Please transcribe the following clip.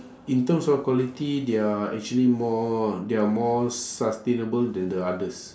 in terms of quality they are actually more they are more sustainable than the others